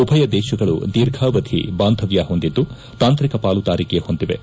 ಉಭಯ ದೇಶಗಳು ದೀರ್ಘಾವಧಿ ಬಾಂಧವ್ಯ ಹೊಂದಿದ್ದು ತಾಂತ್ರಿಕ ಪಾಲುದಾರಿಕೆ ಹೊಂದಿವೆ